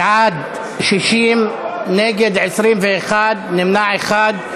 בעד 60, נגד, 21, נמנע אחד.